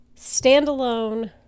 standalone